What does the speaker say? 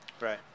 Right